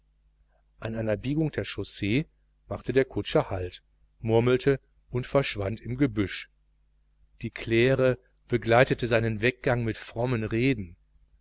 an einer biegung der chaussee machte der kutscher halt murmelte und verschwand im gebüsch die claire begleitete seinen weggang mit frommen reden